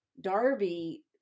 Darby